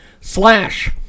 slash